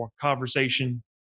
conversation